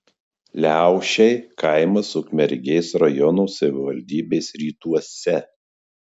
liaušiai kaimas ukmergės rajono savivaldybės rytuose